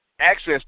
access